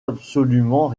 absolument